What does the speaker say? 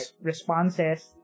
responses